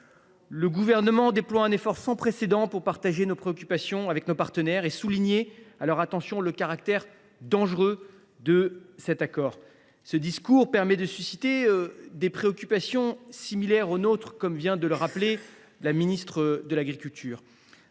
Le Gouvernement fournit un effort sans précédent pour partager ses préoccupations avec nos partenaires et souligner, à leur attention, le caractère dangereux de cet accord. Ce discours permet de susciter des préoccupations similaires aux nôtres, comme vient de le rappeler la ministre de l’agriculture.